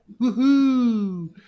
Woohoo